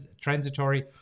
transitory